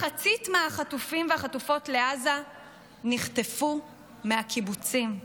מחצית מהחטופים והחטופות לעזה נחטפו מהקיבוצים.